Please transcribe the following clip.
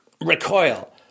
recoil